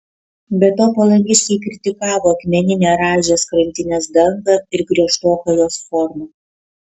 be to palangiškiai kritikavo akmeninę rąžės krantinės dangą ir griežtoką jos formą